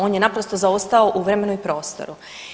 On je naprosto zaostao u vremenu i prostoru.